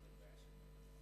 ראשונה, בקדנציה הזאת.